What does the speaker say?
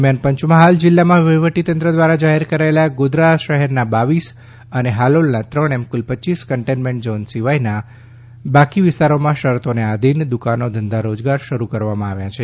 દરમ્યાન પંચમહાલ જિલ્લામાં વહીવટીતંત્ર દ્વારા જાહેર કરાયેલા ગોધરા શહેરના બાવીસ અને હાલોલના ત્રણ એમ કુલ પચ્ચીસ કન્ટેઇનમેન્ટ ઝોન સિવાયના બાકી વિસ્તારોમાં શરતોને આધીન દુકાનો ધંધા રોજગાર શરૂ કરવામાં આવ્યા છે